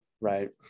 Right